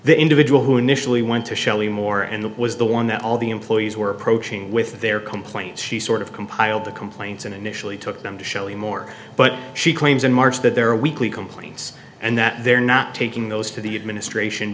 the individual who initially went to shelly moore and was the one that all the employees were approaching with their complaints she sort of compiled the complaints and initially took them to show you more but she claims in march that there are weekly complaints and that they're not taking those to the administration